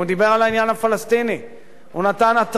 הוא נתן התרעה מודיעינית על העניין הפלסטיני,